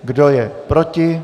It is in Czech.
Kdo je proti?